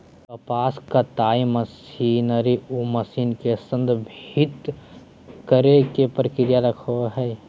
कपास कताई मशीनरी उ मशीन के संदर्भित करेय के प्रक्रिया रखैय हइ